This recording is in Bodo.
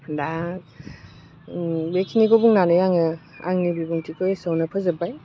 दा बेखिनिखौ बुंनानै आङो आंनि बिबुंथिखौ एसेयावनो फोजोबबाय